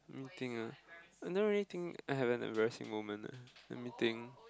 let me think ah I don't really think I have an embarassing moment eh let me think